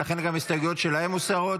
ולכן גם ההסתייגויות שלהם מוסרות.